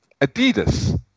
Adidas